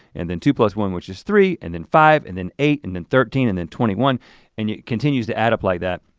and then two plus one which is three, and then five and then eight and then thirteen and then twenty one and it continues to add up like that.